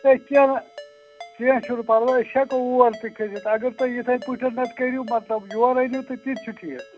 ہے کیٚنٛہہ نہٕ کیٚنٛہہ چھُنہٕ پَرواے أسۍ ہیٚکو اور تہِ کھٔسِتھ اگر تُہۍ یِتھَے پٲٹھۍ کٔرِو مطلب یورٕ أنِو تہٕ تتہِ چھُ ٹھیٖک